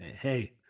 Hey